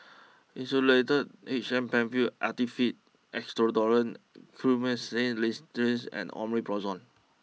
Insulatard H M Penfill Actified Expectorant Guaiphenesin Linctus and Omeprazole